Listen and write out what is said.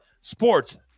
sports